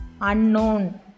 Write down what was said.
unknown